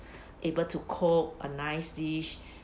able to cook a nice dish